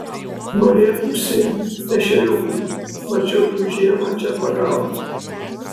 norėtųsi ešeriukų mačiau jų žiemą čia pagaunant